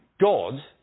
God